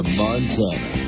montana